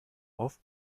auf